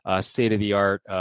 state-of-the-art